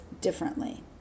differently